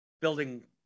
building